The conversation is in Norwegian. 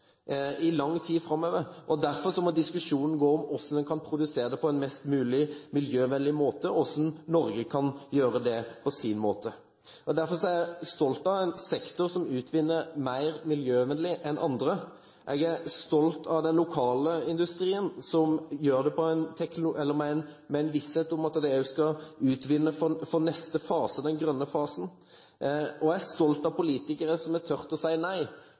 i lang tid framover. Derfor må diskusjonen gå på om hvordan en kan produsere det på en mest mulig miljøvennlig måte, og hvordan Norge kan gjøre det på sin måte. Jeg er stolt av en sektor som utvinner mer miljøvennlig enn andre. Jeg er stolt av den lokale industrien, som gjør det med en visshet om at de også skal utvinne for neste fase, den grønne fasen. Jeg er stolt av politikere som har tort å si nei,